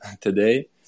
today